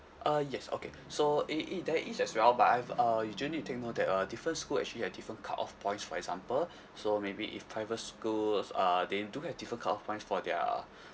uh yes okay so it it there is as well but I've uh you do need to take note that uh different school actually have different cutoff points for example so maybe if private schools uh they do have different cutoff points for their